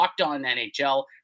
LOCKEDONNHL